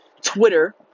Twitter